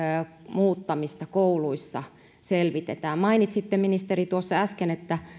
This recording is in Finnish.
muuttamista kouluissa selvitetään mainitsitte ministeri äsken että